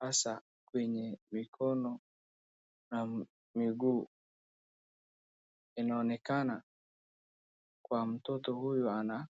hasa kwenye mikono na miguu, inaonekana kuwa mtoto huyu ana...